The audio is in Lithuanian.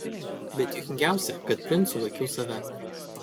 bet juokingiausia kad princu laikiau save